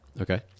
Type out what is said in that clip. Okay